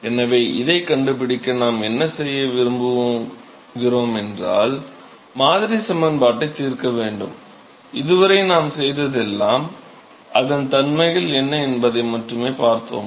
எனவே இதை கண்டுபிடிக்க நாம் என்ன செய்ய விரும்புகிறோமென்றால் மாதிரி சமன்பாட்டை தீர்க்க வேண்டும் இதுவரை நாம் செய்ததெல்லாம் அதன் தன்மைகள் என்ன என்பதை மட்டுமே பார்த்தோம்